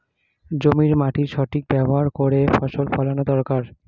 জমির মাটির সঠিক ব্যবহার করে ফসল ফলানো দরকারি